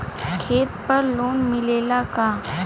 खेत पर लोन मिलेला का?